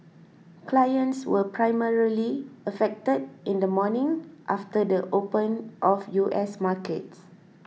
clients were primarily affected in the morning after the the open of U S markets